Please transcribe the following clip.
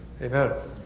Amen